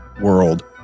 world